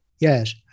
Yes